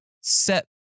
set